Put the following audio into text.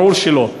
ברור שלא.